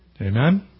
Amen